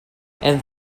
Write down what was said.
and